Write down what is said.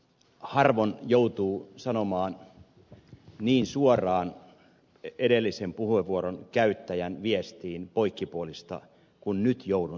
harvoin joutuu sanomaan edellisen puheenvuoron käyttäjän viestiin niin suoraan poikkipuolista kuin nyt joudun sanomaan